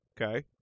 Okay